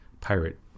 pirate